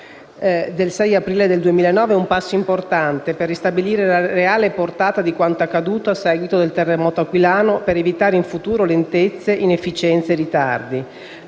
del 6 aprile 2009 è un passo importante per ristabilire la reale portata di quanto accaduto a seguito del terremoto aquilano, per evitare in futuro lentezze, inefficienze e ritardi.